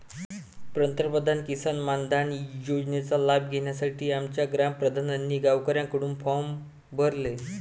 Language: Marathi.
पंतप्रधान किसान मानधन योजनेचा लाभ घेण्यासाठी आमच्या ग्राम प्रधानांनी गावकऱ्यांकडून फॉर्म भरले